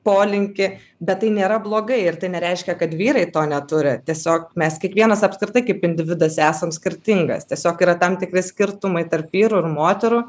polinkį bet tai nėra blogai ir tai nereiškia kad vyrai to neturi tiesiog mes kiekvienas apskritai kaip individas esam skirtingas tiesiog yra tam tikri skirtumai tarp vyrų ir moterų